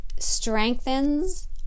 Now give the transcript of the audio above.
strengthens